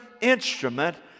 instrument